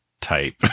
type